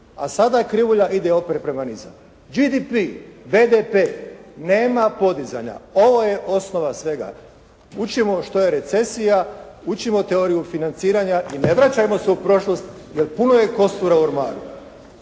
a sada krivulja ide opet prema nižem. GDP, BDP nema podizanja. Ovo je osnova svega. Učimo što je recesija, učimo teoriju financiranja i ne vraćajmo se ur prošlost jer puno je kostura u ormaru.